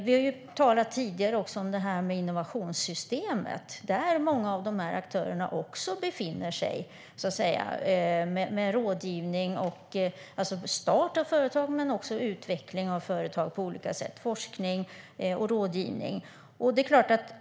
Vi har tidigare talat också om innovationssystemet, där många av de här aktörerna också befinner sig med rådgivning, forskning, start av företag men också utveckling av företag på olika sätt.